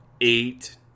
eight